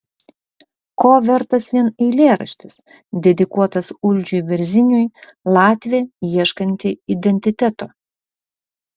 ko vertas vien eilėraštis dedikuotas uldžiui berziniui latvė ieškanti identiteto